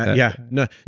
yeah. no.